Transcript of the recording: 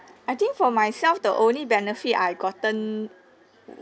I think for myself the only benefit I gotten